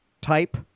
type